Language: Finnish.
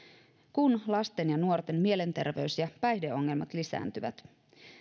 kun lasten ja nuorten mielenterveys ja päihdeongelmat lisääntyvät